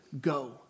go